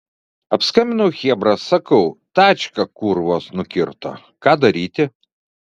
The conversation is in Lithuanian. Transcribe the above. apskambinau chebra sakau tačką kurvos nukirto ką daryti